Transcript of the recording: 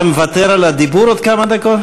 אתה מוותר על הדיבור עוד כמה דקות?